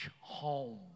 home